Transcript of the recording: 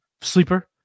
sleeper